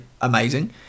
amazing